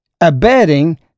abetting